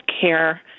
care